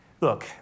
look